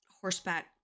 horseback